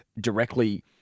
directly